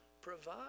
provide